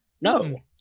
No